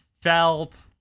felt